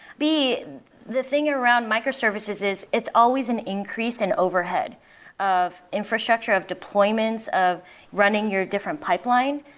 b the thing around microservices is it's always an increase in overhead of infrastructure of deployments of running your different pipeline.